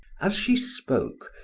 as she spoke,